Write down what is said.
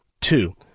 Two